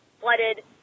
flooded